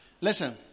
Listen